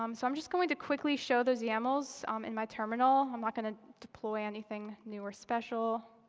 um so i'm just going to quickly show those yamls um in my terminal. i'm not going to deploy anything new or special.